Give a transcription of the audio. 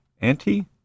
anti